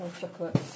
chocolate